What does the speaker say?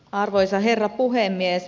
arvoisa herra puhemies